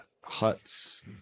huts